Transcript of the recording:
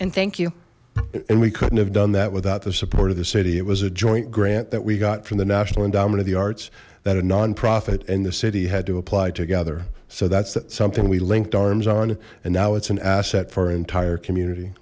and thank you and we couldn't have done that without the support of the city it was a joint grant that we got from the national endowment of the arts that a non profit and the city had to apply together so that's that something we linked arms on and now it's an asset for an entire community